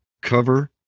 cover